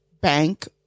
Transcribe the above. bank